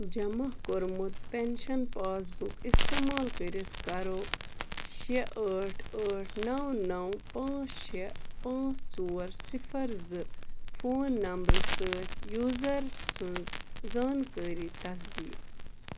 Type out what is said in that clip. جمع کوٚرمُت pension pass book استعمال کٔرتھ کٔرو شےٚ ٲٹھ ٲٹھ نو نو پانژھ شےٚ پانژھ ژور صفر زٕ فون نمبرٕ سۭتۍ یوٗزر سٕنٛز زانٛکٲری تصدیٖق